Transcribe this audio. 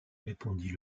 répondit